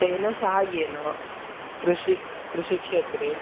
तेन सहाय्येन कृषि कृषिक्षेत्रे